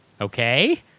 Okay